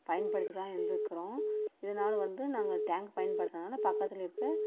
பயன்படுத்திதான் இருக்கிறோம் இதனால் வந்து நாங்கள் டேங்க் பயன்படுத்ததனால் பக்கத்தில் இருக்கற